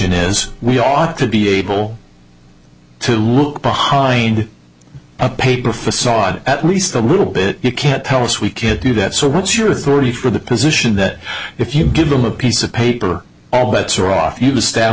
in is we ought to be able to look behind a paper facade at least a little bit you can't tell us we can't do that so what's your authority for the position that if you give them a piece of paper all bets are off